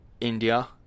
India